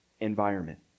environment